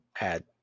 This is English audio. add